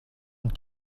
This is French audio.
une